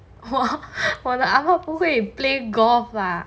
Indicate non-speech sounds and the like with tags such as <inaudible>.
<laughs> 我的阿嬷不会 play golf lah